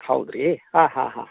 ಹೌದು ರೀ ಹಾಂ ಹಾಂ ಹಾಂ ಹಾಂ